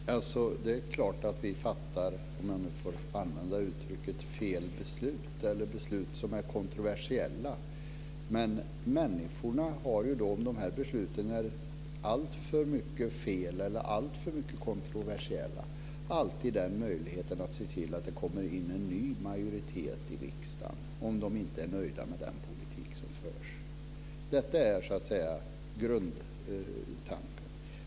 Fru talman! Det är klart att vi fattar fel beslut, om jag får använda det uttrycket, eller beslut som är kontroversiella. Men om dessa beslut är alltför fel eller alltför kontroversiella har människorna alltid möjligheten att se till att det kommer in en ny majoritet i riksdagen om de inte är nöjda med den politik som förs. Det är så att säga grundtanken.